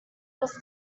was